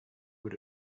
good